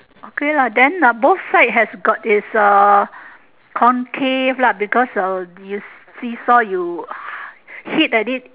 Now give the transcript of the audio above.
okay lah then uh both side has got its a concave lah because uh this see-saw you hit at it